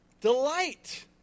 Delight